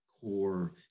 core